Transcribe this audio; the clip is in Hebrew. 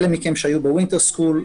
אלה שהיו ב-winter school,